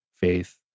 faith